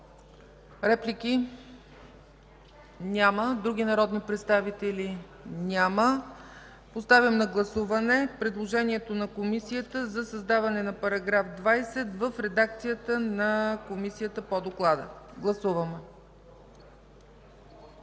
Реплики? Няма. Други народни представители? Няма. Поставям на гласуване предложението на Комисията за създаване на § 20 в редакцията на Комисията по доклада. Гласували